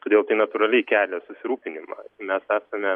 todėl tai natūraliai kelia susirūpinimą mes esame